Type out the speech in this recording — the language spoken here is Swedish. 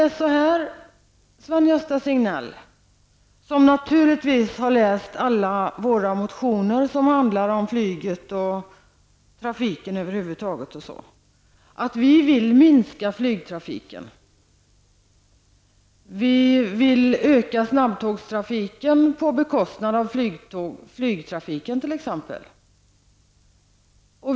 Sven-Gösta Signell har naturligtvis läst alla våra motioner som handlar om flyget och trafiken, och det är så att vi vill minska flygtrafiken. Vi vill t.ex. öka snabbtågstrafiken på bekostnad av flygtrafiken.